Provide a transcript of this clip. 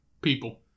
People